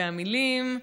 והמילים: